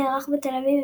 שנערך בתל אביב,